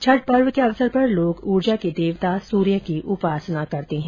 छठ पर्व के अवसर पर लोग उर्जा के देवता सूर्य की उपासना करते हैं